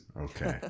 Okay